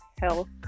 health